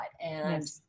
And-